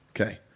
Okay